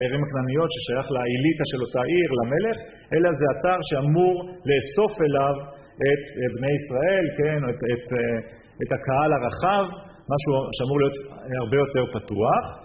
ערים הכנעניות ששייך לאיליטה של אותה עיר, למלך, אלא זה אתר שאמור לאסוף אליו את בני ישראל, כן, או את הקהל הרחב, משהו שאמור להיות הרבה יותר פתוח.